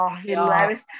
hilarious